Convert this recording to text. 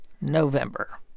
November